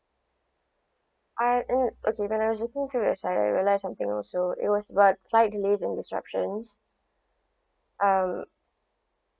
uh mm okay when I was looking through as I realise something also it was about flight delays and disruptions um